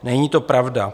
Není to pravda.